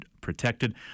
protected